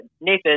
Nathan